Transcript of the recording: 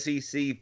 SEC